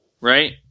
right